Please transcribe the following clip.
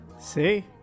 See